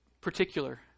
particular